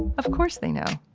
of course they know.